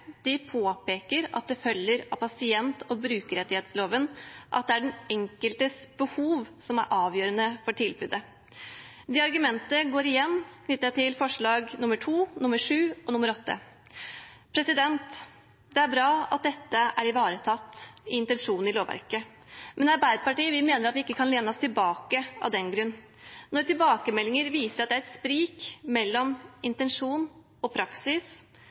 påpeker at det følger av pasient- og brukerrettighetsloven at det er den enkeltes behov som er avgjørende for tilbudet. Det argumentet går igjen knyttet til forslagene nr. 2, 7 og 8. Det er bra at dette er ivaretatt i intensjonen i lovverket, men vi i Arbeiderpartiet mener at vi ikke kan lene oss tilbake av den grunn. Når tilbakemeldinger viser at det er et sprik mellom intensjon og praksis,